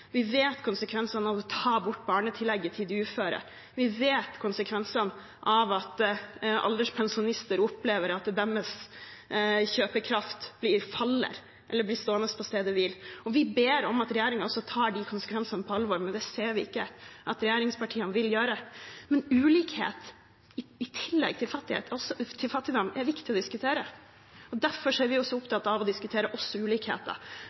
vi vet konsekvensene av å ta bort barnetillegget til de uføre, og vi vet konsekvensene av at alderspensjonister opplever at deres kjøpekraft faller eller blir stående på stedet hvil. Vi ber om at også regjeringen tar de konsekvensene på alvor, men det ser vi ikke at regjeringspartiene vil gjøre. Men ulikhet – i tillegg til fattigdom – er viktig å diskutere. Derfor er vi opptatt av å diskutere også